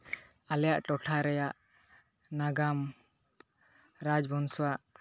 ᱟᱞᱮᱭᱟᱜ ᱴᱚᱴᱷᱟ ᱨᱮᱭᱟᱜ ᱱᱟᱜᱟᱢ ᱨᱟᱡᱽ ᱵᱚᱝᱥᱚᱣᱟᱜ